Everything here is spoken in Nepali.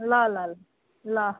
ल ल ल ल